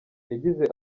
yagize